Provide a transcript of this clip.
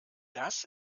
das